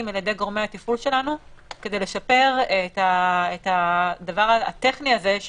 על ידי גורמי התפעול שלנו כדי לשפר את הדבר הטכני הזה,